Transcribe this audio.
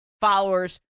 followers